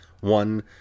One